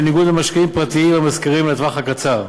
בניגוד למשקיעים פרטיים המשכירים לטווח הקצר.